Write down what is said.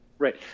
Right